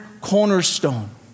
cornerstone